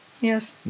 Yes